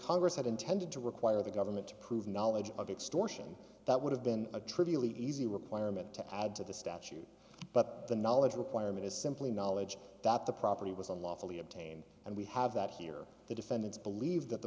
congress had intended to require the government to prove knowledge of extortion that would have been a trivially easy requirement to add to the statute but the knowledge requirement is simply knowledge that the property was unlawfully obtained and we have that here the defendants believe that the